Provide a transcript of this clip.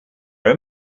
very